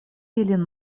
ilin